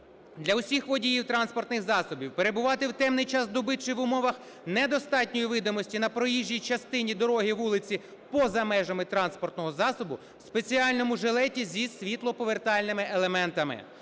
Для усіх водіїв транспортних засобів перебувати в темний час доби чи в умовах недостатньої видимості на проїжджій частині дороги, вулиці поза межами транспортного засобу в спеціальному жилеті зі світлоповертальними елементами.